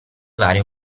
varie